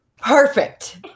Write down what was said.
Perfect